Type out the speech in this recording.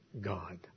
God